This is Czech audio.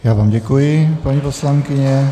Já vám děkuji, paní poslankyně.